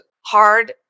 hard